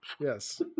yes